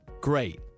great